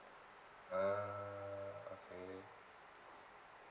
ah okay